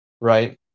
right